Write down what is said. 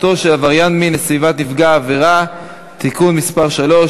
ענישה ודרכי טיפול) (תיקון מס' 17),